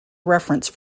reference